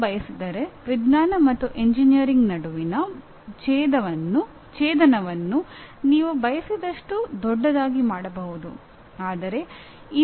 ನೀವು ಬಯಸಿದರೆ ವಿಜ್ಞಾನ ಮತ್ತು ಎಂಜಿನಿಯರಿಂಗ್ ನಡುವಿನ ಛೇಧನವನ್ನು ನೀವು ಬಯಸಿದಷ್ಟು ದೊಡ್ಡದಾಗಿ ಮಾಡಬಹುದು